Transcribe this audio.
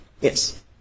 Yes